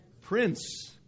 prince